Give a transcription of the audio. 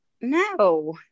No